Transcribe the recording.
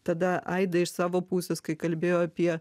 tada aida iš savo pusės kai kalbėjo apie